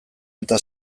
eta